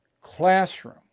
classroom